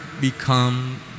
become